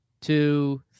two